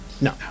No